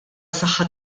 saħħa